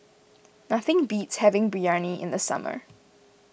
nothing beats having Biryani in the summer